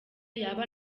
yaba